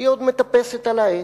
היא עוד מטפסת על העץ,